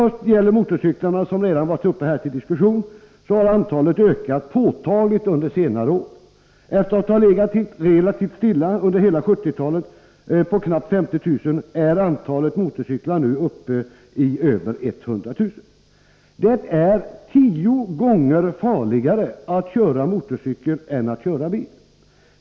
Onsdagen den Beträffande motorcyklarna, som redan har varit uppe till diskussion, har — 30 november 1983 antalet ökat påtagligt under senare år. Efter att det har varit ungefär detsamma under hela 1970-talet, knappt 50 000, är det nu uppe i över Trafiksäkerhet och 100 000. trafikföreskrifter Det är tio gånger farligare att köra motorcykel än att köra bil.